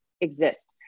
exist